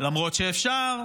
למרות שאפשר.